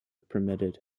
permitted